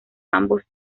ambos